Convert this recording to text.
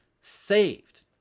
saved